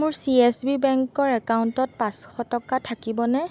মোৰ C S B বেংকৰ একাউণ্টত পাঁচশ টকা থাকিবনে